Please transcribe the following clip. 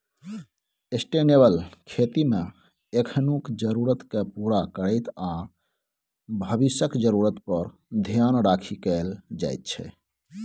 sustainable खेतीमे एखनुक जरुरतकेँ पुरा करैत आ भबिसक जरुरत पर धेआन राखि कएल जाइ छै